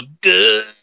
good